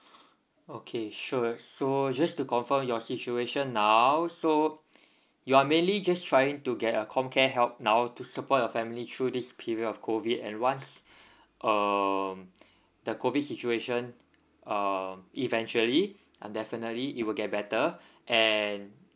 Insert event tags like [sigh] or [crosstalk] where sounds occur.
okay sure so just to confirm your situation now so you are mainly just trying to get a comcare help now to support your family through this period of COVID and once [breath] um the COVID situation um eventually and definitely it will get better [breath] and